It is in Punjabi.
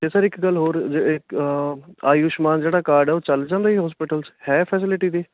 ਅਤੇ ਸਰ ਇੱਕ ਗੱਲ ਹੋਰ ਇੱਕ ਆਯੁਸ਼ਮਾਨ ਜਿਹੜਾ ਕਾਰਡ ਆ ਉਹ ਚੱਲ ਜਾਂਦਾ ਜੀ ਹੋਸਪੀਟਲ 'ਚ ਹੈ ਫੈਸਿਲਿਟੀ ਇਹਦੀ